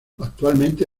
actualmente